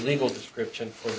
legal description for